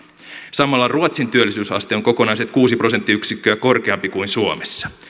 samalla ruotsin työllisyysaste on kokonaiset kuusi prosenttiyksikköä korkeampi kuin suomessa